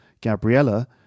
Gabriella